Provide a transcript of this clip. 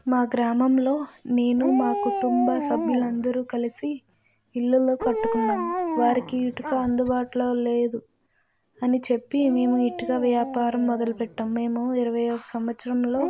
మా గ్రామంలో నేను మా కుటుంబ సభ్యులందరూ కలిసి ఇల్లులు కట్టుకున్నాము వారికి ఇటుక అందుబాటులో లేదు అని చెప్పి మేము ఇటుక వ్యాపారం మొదలుపెట్టాము మేము ఇరవై ఒక సంవత్సరంలో